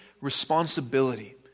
responsibility